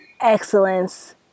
excellence